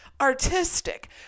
artistic